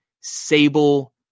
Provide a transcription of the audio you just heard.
Sable